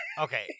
Okay